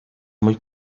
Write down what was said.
muy